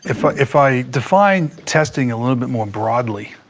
if ah if i define testing a little bit more broadly,